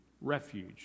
refuge